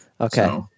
Okay